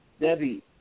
Debbie